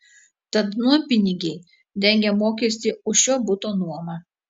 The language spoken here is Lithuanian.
tad nuompinigiai dengia mokestį už šio buto nuomą